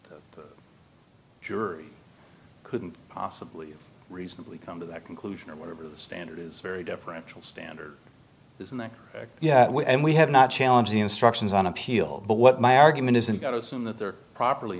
this jury couldn't possibly reasonably come to that conclusion or whatever the standard is very deferential standard is in the yeah and we have not challenge the instructions on appeal but what my argument isn't got us in that they're properly